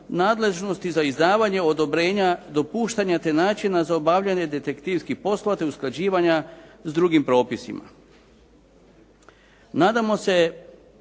nadležnosti za izdavanje odobrenja, dopuštanja, te načina za obavljanje detektivskih poslova, te usklađivanja s drugim propisima. Nadamo se